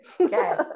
Okay